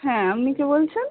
হ্যাঁ আপনি কে বলছেন